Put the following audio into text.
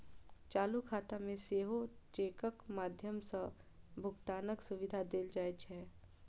चालू खाता मे सेहो चेकक माध्यम सं भुगतानक सुविधा देल जाइ छै